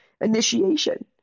initiation